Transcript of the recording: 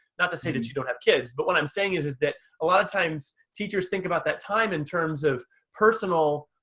not to say that you don't have kids, but what i'm saying is is that, a lot of times teachers think about that time in terms of personal,